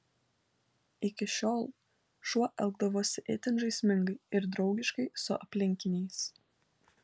iki šiol šuo elgdavosi itin žaismingai ir draugiškai su aplinkiniais